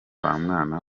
bamwana